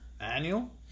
annual